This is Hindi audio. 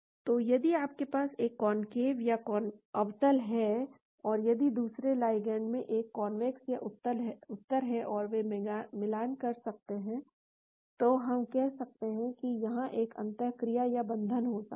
तो यदि आपके पास एक कौनकेव या अवतल है और यदि दूसरे लिगेंड में एक कौनवैक्स या उत्तल है और वे मिलान कर रहे हैं तो हम कह सकते हैं कि यहां एक अंतःक्रिया या बंधन हो सकता है